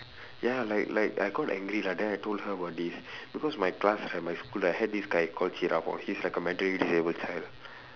ya like like I got angry lah then I told her about this because my class right my school I had this guy called he's like a mentally disabled child